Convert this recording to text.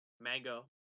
mango